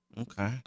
Okay